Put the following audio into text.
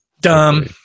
Dumb